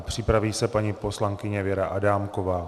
Připraví se paní poslankyně Věra Adámková.